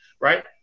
right